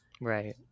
Right